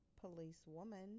policewoman